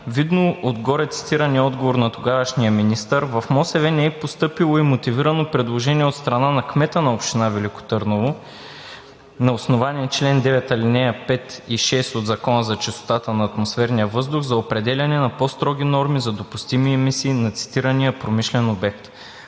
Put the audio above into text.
видно от горецитирания отговор на тогавашния министър, в МОСВ не е постъпило и мотивирано предложение от страна на кмета на община Велико Търново на основание чл. 9, алинеи 5 и 6 от Закона за чистотата на атмосферния въздух за определяне на по-строги норми за допустими емисии на цитирания промишлен обект.